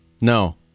no